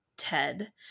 ted